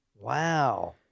Wow